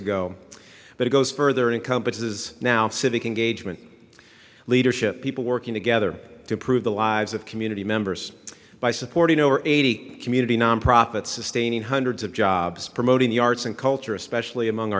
ago but it goes further encompasses now civic engagement leadership people working together to improve the lives of community members by supporting over eighty community nonprofit sustaining hundreds of jobs promoting the arts and culture especially among